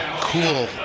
cool